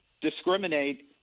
discriminate